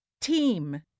team